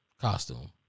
Costume